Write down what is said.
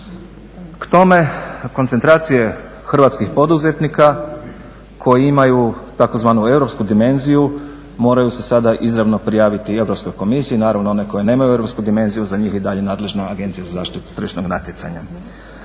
K tome koncentracije hrvatskih poduzetnika koji imaj tzv. europsku dimenziju moraju se sada izravno prijaviti Europskoj komisiji. Naravno one koje nemaju europsku dimenziju za njih je i dalje nadležna Agencija za zaštitu tržišnog natjecanja.